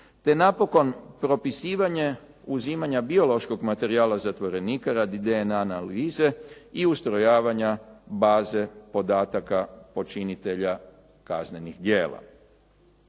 te napokon propisivanje uzimanja biološkog materijala zatvorenika radi DNA analize i ustrojavanja baze podataka počinitelja kaznenih djela.